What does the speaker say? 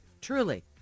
Truly